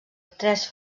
tres